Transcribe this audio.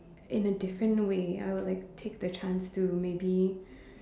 in a different way I would like take the chance to maybe